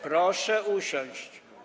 Proszę usiąść.